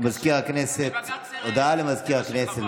הודעה למזכיר הכנסת,